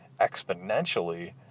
exponentially